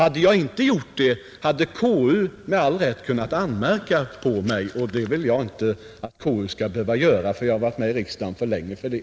Om jag inte effektuerat detta beslut hade KU med all rätt kunnat anmärka på mig, och det vill jag inte att KU skall behöva göra, för jag har varit med i riksdagen för länge för det.